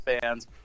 fans